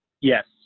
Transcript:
yes